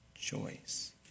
choice